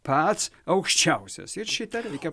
pats aukščiausias ir šitą reikia